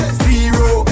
zero